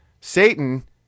Satan